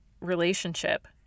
relationship